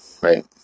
right